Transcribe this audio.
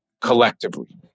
collectively